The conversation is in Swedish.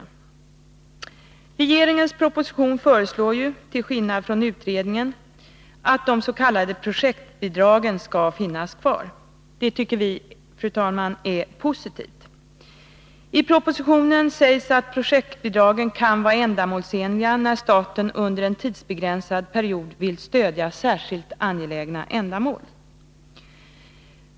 I regeringens proposition föreslås ju, till skillnad från utredningen, att de s.k. projektbidragen skall finnas kvar. Det tycker vi, fru talman, är positivt. I propositionen sägs att projektbidragen kan vara ändamålsenliga när staten under en tidsbegränsad period vill stödja särskilt angelägna ändamål.